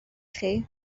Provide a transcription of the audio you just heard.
chi